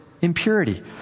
impurity